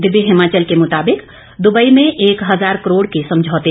दिव्य हिमाचल के मुताबिक दुबई में एक हजार करोड़ के समझौते